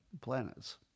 planets